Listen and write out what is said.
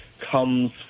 comes